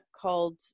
called